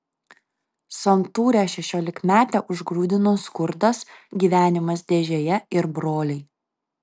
santūrią šešiolikmetę užgrūdino skurdas gyvenimas dėžėje ir broliai